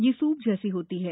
यह स्रूप जैसी होती है